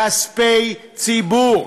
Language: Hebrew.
כספי ציבור,